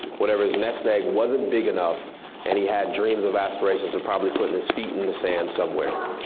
whatever his nest egg wasn't big enough and he had dreams of aspirations of probably putting his feet in the sand somewhere.